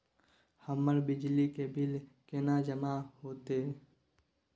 हमर बिजली के बिल केना जमा होते?